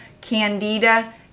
candida